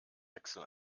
wechsel